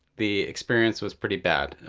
the experience was pretty bad.